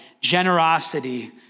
generosity